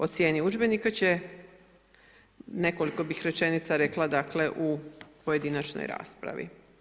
O cijeni udžbenika će, nekoliko bih rečenica rekla dakle u pojedinačnoj raspravi.